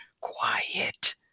quiet